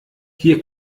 hier